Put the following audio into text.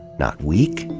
not weak,